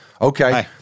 Okay